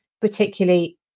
particularly